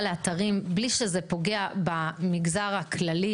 לאתרים בלי שזה פוגע במגזר הכללי,